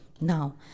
Now